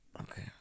Okay